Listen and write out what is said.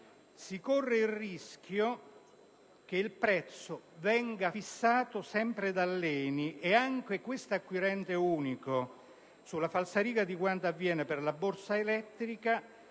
Si corre il rischio che il prezzo venga fissato sempre dall'ENI e che anche questo acquirente unico, sulla falsariga di quanto avviene per la borsa elettrica,